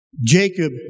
Jacob